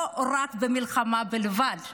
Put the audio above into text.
לא רק במלחמה בלבד,